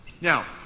Now